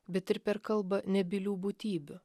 bet ir per kalbą nebylių būtybių